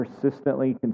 persistently